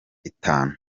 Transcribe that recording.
itanu